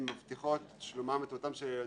התקנות החדשות מבטיחות את שלומם של אותם ילדים,